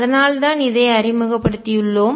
அதனால்தான் இதை அறிமுகப்படுத்தியுள்ளோம்